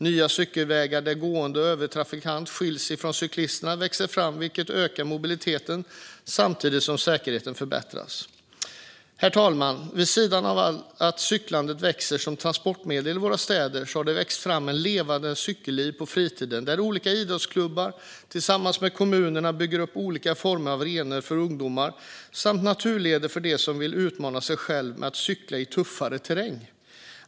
Nya cykelvägar där gående och övrig trafik skiljs från cyklisterna växer fram, vilket ökar mobiliteten samtidigt som säkerheten förbättras. Herr talman! Vid sidan av att cykeln som transportmedel växer i våra städer har det växt fram ett levande cykelliv på fritiden, där olika idrottsklubbar tillsammans med kommunerna bygger upp olika former av arenor för ungdomar samt naturleder för dem som vill utmana sig själva med att cykla i tuffare terräng.